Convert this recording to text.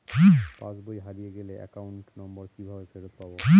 পাসবই হারিয়ে গেলে account number কিভাবে ফেরত পাব?